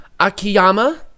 Akiyama